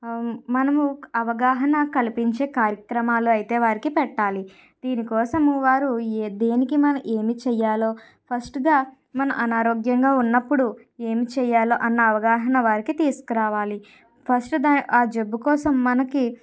మనము అవగాహన కల్పించే కార్యక్రమాలు అయితే వారికి పెట్టాలి దీనికోసం వారు ఏ దేనికి మనం ఏమి చేయాలో ఫస్ట్గా మన అనారోగ్యంగా ఉన్నప్పుడు ఏం చేయాలో అన్న అవగాహన వారికి తీసుకురావాలి ఫస్ట్ దాన్ని ఆ జబ్బు కోసం మనకి